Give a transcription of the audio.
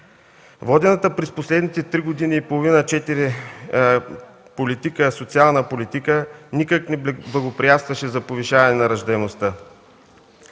Водената през последните три години и половина – четири години социална политика никак не благоприятстваше за повишаване на раждаемостта.